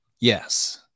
Yes